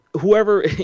Whoever –